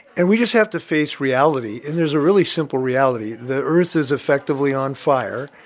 and we just have to face reality. and there's a really simple reality. the earth is, effectively, on fire.